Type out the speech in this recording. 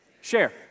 Share